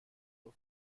nur